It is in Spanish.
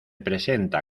presenta